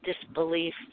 disbelief